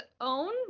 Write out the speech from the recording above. own